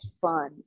fun